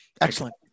Excellent